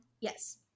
Yes